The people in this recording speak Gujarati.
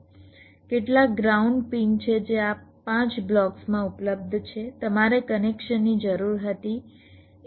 કેટલાક ગ્રાઉન્ડ પિન છે જે આ 5 બ્લોક્સમાં ઉપલબ્ધ છે તમારે કનેક્શનની જરૂર હતી